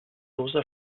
rosa